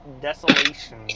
Desolation